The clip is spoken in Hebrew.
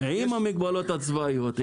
עם המגבלות הצבאיות,